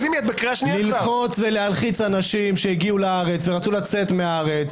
ללחוץ ולהלחיץ אנשים שהגיעו לארץ ורצו לצאת מהארץ.